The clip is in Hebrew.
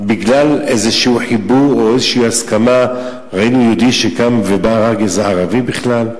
בגלל איזה חיבור או איזו הסכמה ראינו יהודי שקם והרג ערבי בכלל?